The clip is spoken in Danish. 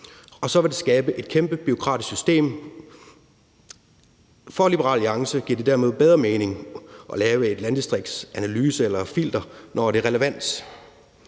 og så vil det skabe et kæmpe bureaukratisk system. For Liberal Alliance giver det derimod bedre mening at lave en landdistriktsanalyse eller et filter, når det er relevant.